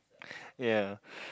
ya